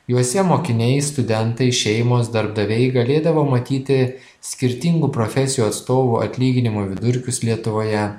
juose mokiniai studentai šeimos darbdaviai galėdavo matyti skirtingų profesijų atstovų atlyginimų vidurkius lietuvoje